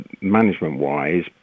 management-wise